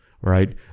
right